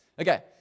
okay